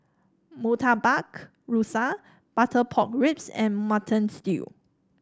Murtabak Rusa Butter Pork Ribs and Mutton Stew